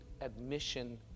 admission